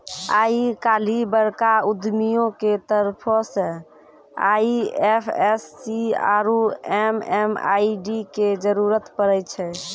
आइ काल्हि बड़का उद्यमियो के तरफो से आई.एफ.एस.सी आरु एम.एम.आई.डी के जरुरत पड़ै छै